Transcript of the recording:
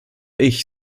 ich